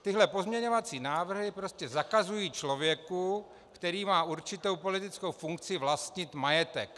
Tyhle pozměňovací návrhy prostě zakazují člověku, který má určitou politickou funkci, vlastnit majetek.